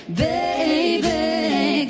baby